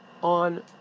on